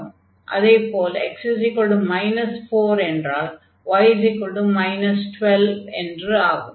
அதே போல் x 4 என்றால் y 12 என்று ஆகும்